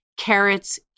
Carrots